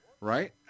right